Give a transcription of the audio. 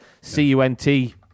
C-U-N-T